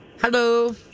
Hello